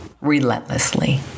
relentlessly